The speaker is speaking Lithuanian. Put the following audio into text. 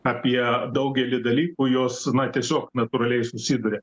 apie daugelį dalykų jos na tiesiog natūraliai susiduria